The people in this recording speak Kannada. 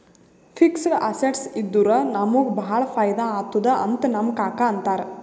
ಫಿಕ್ಸಡ್ ಅಸೆಟ್ಸ್ ಇದ್ದುರ ನಮುಗ ಭಾಳ ಫೈದಾ ಆತ್ತುದ್ ಅಂತ್ ನಮ್ ಕಾಕಾ ಅಂತಾರ್